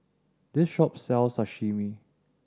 this shop sells Sashimi